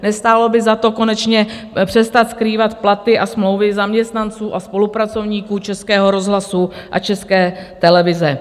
Nestálo by za to konečně přestat skrývat platy a smlouvy zaměstnanců a spolupracovníků Českého rozhlasu a České televize?